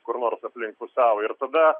kur nors aplink pusiaują ir tada